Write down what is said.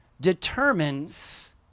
determines